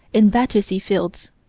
in battersea fields.